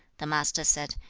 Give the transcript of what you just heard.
the master said,